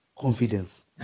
Confidence